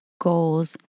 goals